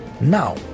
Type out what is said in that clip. Now